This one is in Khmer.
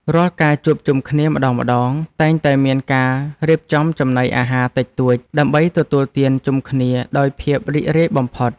រាល់ការជួបជុំគ្នាម្ដងៗ តែងតែមានការរៀបចំចំណីអាហារតិចតួច ដើម្បីទទួលទានជុំគ្នាដោយភាពរីករាយបំផុត។